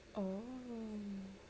oh